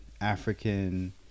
African